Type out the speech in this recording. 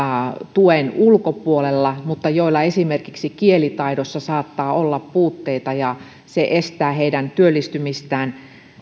ulkopuolella mutta joilla esimerkiksi kielitaidossa saattaa olla puutteita ja se estää heidän työllistymistään